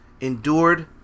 endured